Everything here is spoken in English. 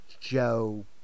Joe